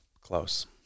close